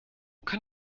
kann